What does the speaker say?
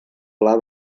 pla